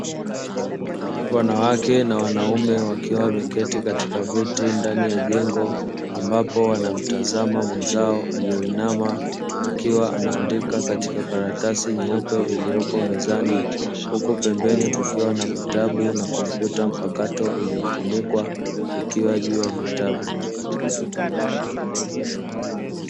Wanawake na wanaume wakiwa wameketi katika viti ndani ya jengo, ambapo wanamtazama mwenzao alioinama, akiwa anaandika katika karatasi nyeupe iliyopo mezani, huko pembeni kukiwa na vitabu na kompyuta mpakato iliyofunikwa ikiwa juu ya vitabu.